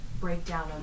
breakdown